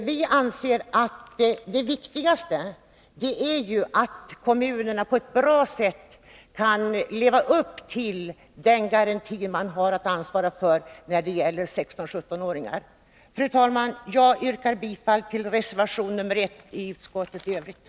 Vi anser att det viktigaste är att kommunerna på ett bra sätt kan leva upp till den garanti man har att ansvara för när det gäller 16-17-åringar. Fru talman! Jag yrkar bifall till reservation 1.